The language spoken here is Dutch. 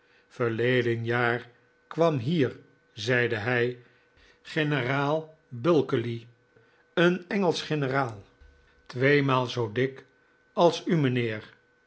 verleden jaar kwam hier zeide hij generaal bulkeley een engelsch generaal tweemaal zoo dik als u mijnheer